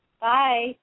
Bye